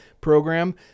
program